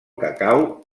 cacau